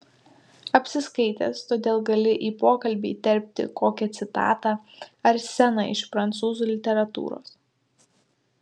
apsiskaitęs todėl gali į pokalbį įterpti kokią citatą ar sceną iš prancūzų literatūros